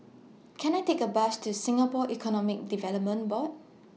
Can I Take A Bus to Singapore Economic Development Board